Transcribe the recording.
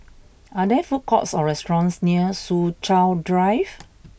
are there food courts or restaurants near Soo Chow Drive